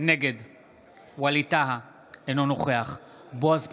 נגד ווליד טאהא, אינו נוכח בועז טופורובסקי,